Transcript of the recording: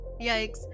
yikes